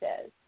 says